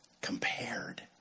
Compared